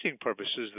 purposes